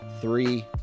Three